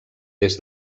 des